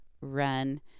run